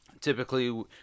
Typically